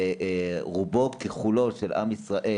זה רובו ככולו של עם ישראל,